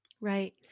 Right